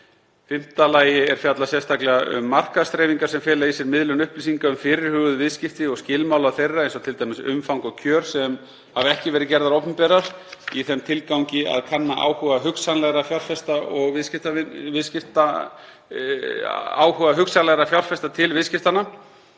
fimmta lagi er fjallað sérstaklega um markaðsþreifingar sem fela í sér miðlun upplýsinga um fyrirhuguð viðskipti og skilmála þeirra, eins og t.d. umfang og kjör, sem hafa ekki verið gerðar opinberar í þeim tilgangi að kanna áhuga hugsanlegra fjárfesta til viðskiptanna.